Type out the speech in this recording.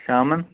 شامَن